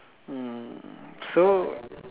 mm so